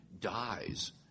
dies